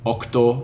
Octo